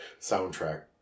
soundtrack